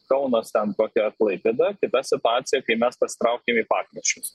kaunas ten kokia klaipėda kita situacija kai mes pasitraukiam į pakraščius